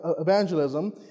evangelism